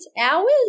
hours